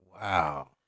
Wow